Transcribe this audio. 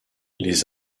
les